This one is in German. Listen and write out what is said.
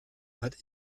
hat